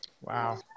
Wow